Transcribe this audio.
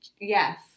Yes